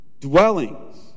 Dwellings